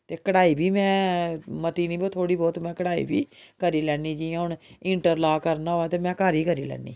ते कढ़ाई बी में मती निं बो थोह्ड़ी बहुत में कढ़ाई बी करी लैन्नी जि'यां हून इंटरलाक करना होऐ ते में घर गै करी लैन्नी